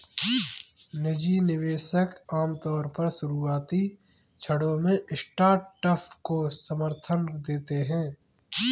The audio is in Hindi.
निजी निवेशक आमतौर पर शुरुआती क्षणों में स्टार्टअप को समर्थन देते हैं